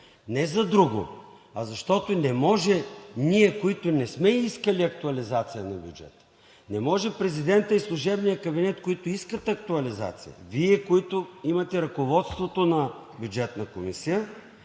не за друго, а защото не може ние, които не сме искали актуализация на бюджета, не може президентът и служебният кабинет, които искат актуализация. Вие, които имате ръководството на Бюджетната комисия,